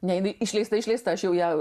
ne jinai išleista išleista aš jau ją